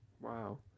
Wow